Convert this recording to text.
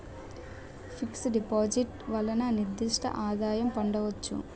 fix డిపాజిట్లు వలన నిర్దిష్ట ఆదాయం పొందవచ్చు